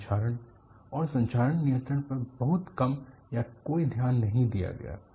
संक्षारण और संक्षारण नियंत्रण पर बहुत कम या कोई ध्यान नहीं दिया गया था